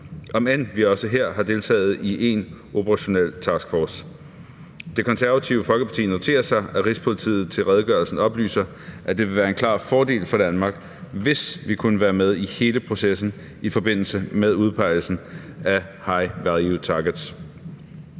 om end vi også her har deltaget i én operationel taskforce. Det Konservative Folkeparti noterer sig, at Rigspolitiet til redegørelsen oplyser, at det vil være en klar fordel for Danmark, hvis vi kunne være med i hele processen i forbindelse med udpegelsen af high value targets.